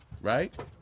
Right